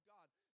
God